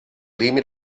límit